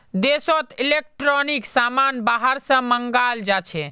देशोत इलेक्ट्रॉनिक समान बाहर से मँगाल जाछे